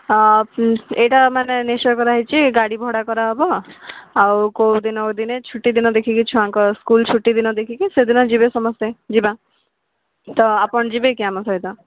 ଏଇଟା ମାନେ ନିଶ୍ଚୟ କରାହୋଇଛି ଗାଡ଼ି ଭଡ଼ା କରାହେବ ଆଉ କୋଉ ଦିନ ଦିନେ ଛୁଟିଦିନ ଦେଖିକି ଛୁଆଙ୍କ ସ୍କୁଲ୍ ଛୁଟିଦିନ ଦେଖିକି ସେଦିନ ଯିବେ ସମସ୍ତେ ଯିବା ତ ଆପଣ ଯିବେ କି ଆମ ସହିତ